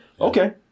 Okay